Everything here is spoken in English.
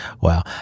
Wow